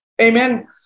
Amen